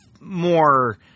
more